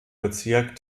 bezirk